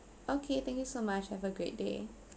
okay thank you so much have a great day